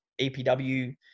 EPW